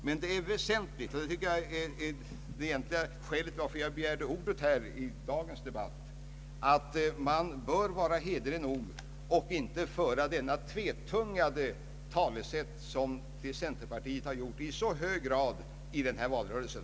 Men det är väsentligt — detta är det egentliga skälet till att jag begärde ordet i dagens debatt — att vara hederlig nog och inte föra det tvetungade språk som centerpartiet har gjort i så hög grad under den nu avslutade valrörelsen.